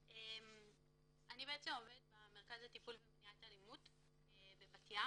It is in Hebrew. אני עובדת במרכז לטיפול ולמניעת אלימות במשפחה בבת-ים.